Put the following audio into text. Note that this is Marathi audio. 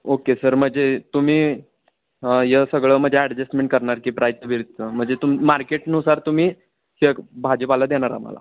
ओके सर म्हणजे तुम्ही हे सगळं म्हणजे ॲडजेस्टमेंट करणार की प्रायजचं बीजचं म्हणजे तुम मार्केटनुसार तुम्ही शक भाजीपाला देणार आम्हाला